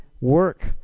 work